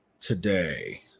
today